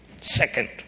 Second